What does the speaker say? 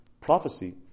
prophecy